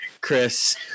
Chris